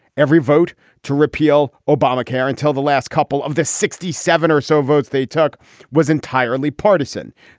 every vote to repeal obamacare until the last couple of the sixty seven or so votes they took was entirely partisan.